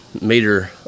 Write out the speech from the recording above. meter